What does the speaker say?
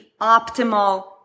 optimal